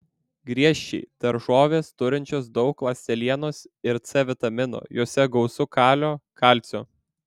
griežčiai daržovės turinčios daug ląstelienos ir c vitamino juose gausu kalio kalcio